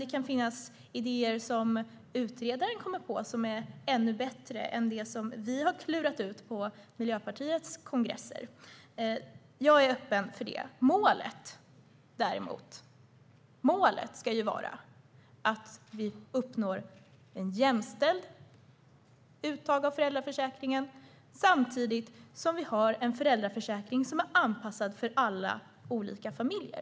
Det kan finnas idéer som utredaren kommer på som är ännu bättre än vad vi har klurat ut på Miljöpartiets kongresser. Jag är öppen för det. Målet ska dock vara att vi uppnår ett jämställt uttag av föräldraförsäkringen, samtidigt som vi har en föräldraförsäkring som är anpassad för alla olika familjer.